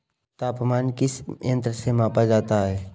तापमान किस यंत्र से मापा जाता है?